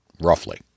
roughly